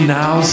now